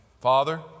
Father